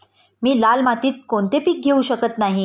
मी लाल मातीत कोणते पीक घेवू शकत नाही?